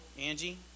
Angie